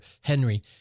Henry